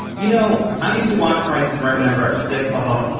you know i used to watch prices right whenever i was sick haha.